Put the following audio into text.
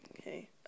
Okay